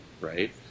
right